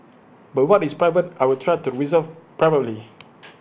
but what is private I will try to resolve privately